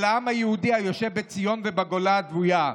של העם היהודי היושב בציון ובגולה הדוויה,